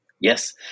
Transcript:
Yes